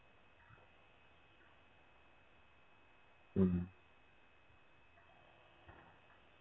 mm